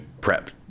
prep